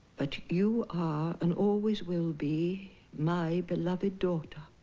but you are and always will be my beloved daughter.